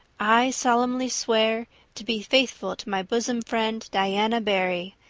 i solemnly swear to be faithful to my bosom friend, diana barry,